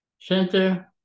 center